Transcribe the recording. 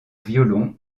violon